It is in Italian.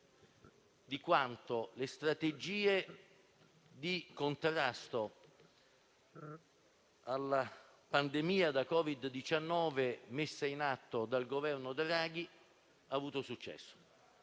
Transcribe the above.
di quanto la strategia di contrasto alla pandemia da Covid-19, messa in atto dal Governo Draghi, ha avuto successo.